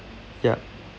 yup